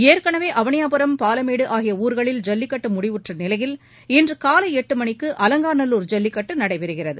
ஏற்கனவே அவனியாபுரம் பாலமேடு ஆகிய ஊர்களில் ஜல்லிக்கட்டு முடிவுற்ற நிலையில் இன்று காலை எட்டு மணிக்கு அலங்காநல்லூர் ஜல்லிக்கட்டு நடைபெறுகிறது